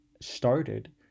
started